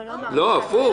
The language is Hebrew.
לא, הפוך.